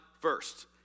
first